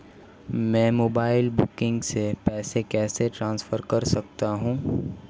मैं mobile banking से पैसे कैसे ट्रांसफर कर सकता हूं?